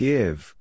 Give